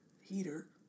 heater